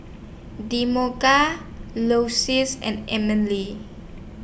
and Emelie